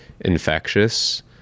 infectious